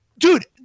Dude